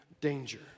danger